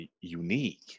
unique